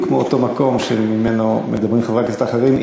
מאותו מקום שממנו מדברים חברי הכנסת האחרים,